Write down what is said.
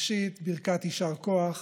ראשית, ברכת יישר כוח